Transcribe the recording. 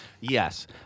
Yes